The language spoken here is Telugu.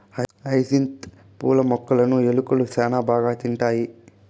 హైసింత్ పూల మొక్కలును ఎలుకలు శ్యాన బాగా తింటాయి